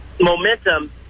momentum